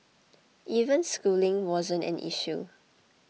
even schooling wasn't an issue